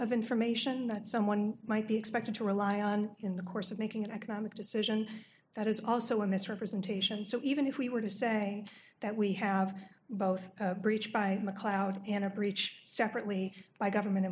of information that someone might be expected to rely on in the course of making an economic decision that is also a misrepresentation so even if we were to say that we have both breach by the cloud and a breach separately by government